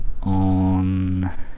on